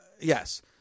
Yes